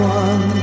one